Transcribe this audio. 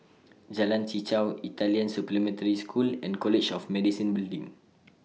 Jalan Chichau Italian Supplementary School and College of Medicine Building